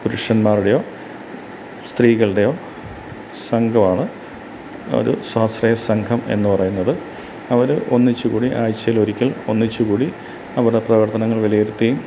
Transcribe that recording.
പുരുഷന്മാരുടെയോ സ്ത്രീകളുടെയോ സംഘമാണ് ഒരു സ്വാശ്രയ സംഘം എന്നു പറയുന്നത് അവർ ഒന്നിച്ചു കൂടി ആഴ്ചയിലൊരിക്കല് ഒന്നിച്ചുകൂടി അവരുടെ പ്രവര്ത്തനങ്ങള് വിലയിരുത്തി